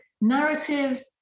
narrative